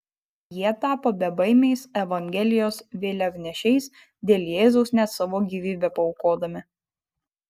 jie tapo bebaimiais evangelijos vėliavnešiais dėl jėzaus net savo gyvybę paaukodami